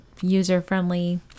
user-friendly